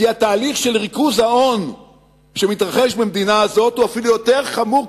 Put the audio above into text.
כי התהליך של ריכוז ההון שמתרחש במדינה הזו הוא אפילו יותר חמור.